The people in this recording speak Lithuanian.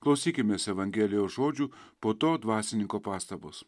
klausykimės evangelijos žodžių po to dvasininko pastabos